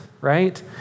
right